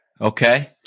Okay